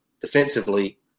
defensively